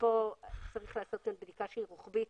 כאן צריך לעשות בדיקה רוחבית